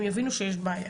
הם יבינו שיש בעיה.